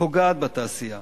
פוגעת בתעשייה.